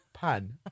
Pan